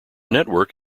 network